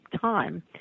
time